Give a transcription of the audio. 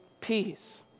peace